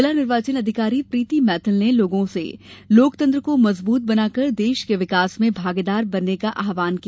जिला निर्वाचन अधिकारी प्रीति मैथल ने लोगों से लोकतंत्र को मजबूत बनाकर देश के विकास में भागीदार बनने का आह्वान किया